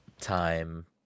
time